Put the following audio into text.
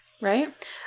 right